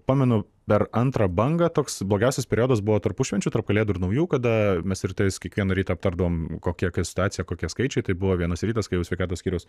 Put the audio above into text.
pamenu dar antrą bangą toks blogiausias periodas buvo tarpušvenčiu tarp kalėdų ir naujų kada mes rytais kiekvieną rytą aptardavom kokia situacija kokie skaičiai tai buvo vienas rytas kai jau sveikatos skyrius